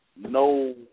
no